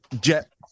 jet